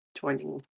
joining